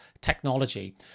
technology